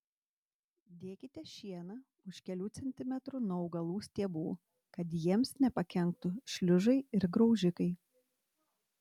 dėkite šieną už kelių centimetrų nuo augalų stiebų kad jiems nepakenktų šliužai ir graužikai